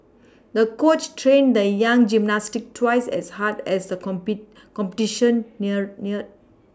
the coach trained the young gymnast twice as hard as a compet competition neared near